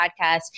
podcast